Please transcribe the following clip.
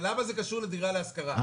למה זה קשור לדירה להשכרה?